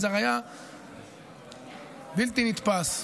זה היה בלתי נתפס.